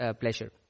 pleasure